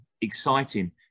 exciting